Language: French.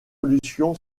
solutions